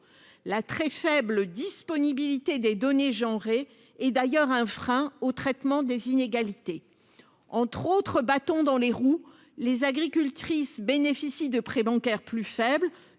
la très faible disponibilité des données genre et et d'ailleurs un frein au traitement des inégalités entre autres bâtons dans les roues, les agricultrices bénéficient de prêts bancaires plus faible